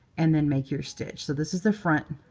and then make your stitch. so this is the front.